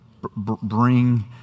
Bring